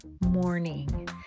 morning